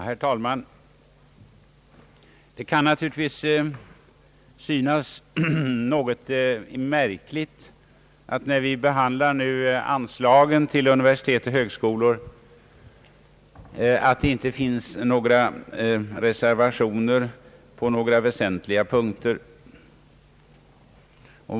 Herr talman! Det kan naturligtvis synas något märkligt att det beträffande anslagen till universitet och högskolor inte finns några reservationer på några väsentliga punkter.